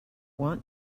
want